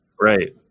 Right